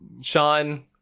Sean